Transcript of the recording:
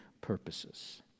purposes